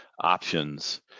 options